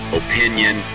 opinion